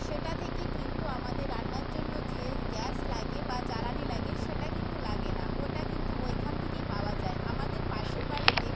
সেটা থেকে কিন্তু আমাদের রান্নার জন্য যে গ্যাস লাগে বা জ্বালানি লাগে সেটা কিন্তু লাগে না ওটা কিন্তু ওইখান থেকেই পাওয়া যায় আমাদের পাশের বাড়িতে